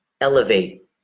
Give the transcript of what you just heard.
elevate